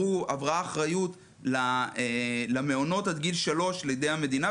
האחריות עברה למעונות עד גיל 3 לידי המדינה,